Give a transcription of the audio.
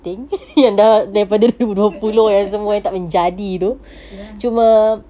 tu ah